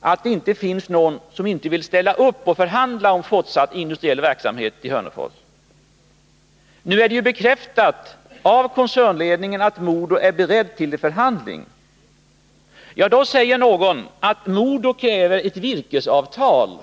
att det inte finns någon som inte vill ställa upp och förhandla om fortsatt industriell verksamhet i Hörnefors. Nu är det ju bekräftat av koncernledningen att man vid MoDo är beredd till förhandling. Då säger någon att MoDo kräver ett virkesavtal.